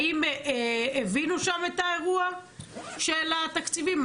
האם הבינו שם את האירוע של התקציבים?